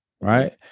right